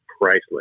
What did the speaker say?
priceless